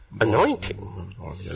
anointing